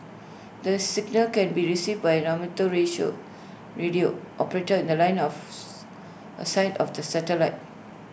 the signal can be received by amateur radio operator in The Line of A sight of the satellite